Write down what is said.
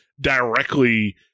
directly